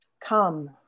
Come